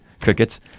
Crickets